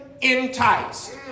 enticed